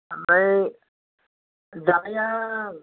आमफ्राय जानाया